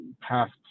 passed